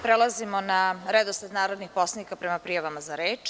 Prelazimo na redosled narodnih poslanika prema prijavama za reč.